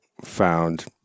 found